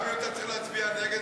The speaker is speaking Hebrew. גם אם אתה צריך להצביע נגד התקציב?